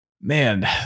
Man